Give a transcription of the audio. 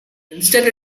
instead